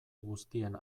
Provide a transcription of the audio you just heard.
guztien